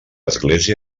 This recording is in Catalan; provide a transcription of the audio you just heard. església